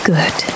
Good